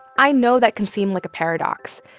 i know that can seem like a paradox.